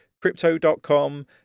crypto.com